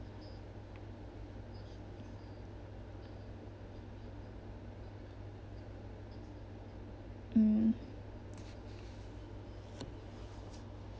mm